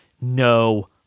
no